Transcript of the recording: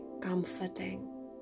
comforting